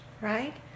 right